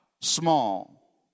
small